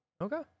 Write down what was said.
Okay